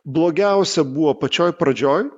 blogiausia buvo pačioj pradžioj